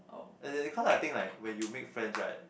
as in cause I think like when you make friends right